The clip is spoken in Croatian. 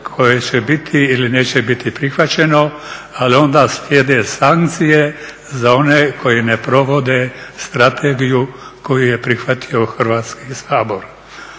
koje će biti ili neće biti prihvaćeno, ali onda slijede sankcije za one koji ne provode strategiju koju je prihvatio Hrvatski sabor.